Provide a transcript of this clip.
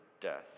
death